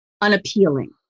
unappealing